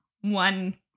One